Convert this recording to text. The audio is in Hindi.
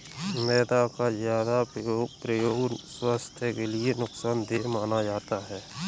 मैदा का ज्यादा प्रयोग स्वास्थ्य के लिए नुकसान देय माना जाता है